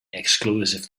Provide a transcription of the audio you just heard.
exclusive